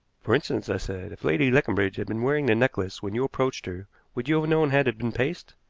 for instance, i said, if lady leconbridge had been wearing the necklace when you approached her would you have known had it been paste?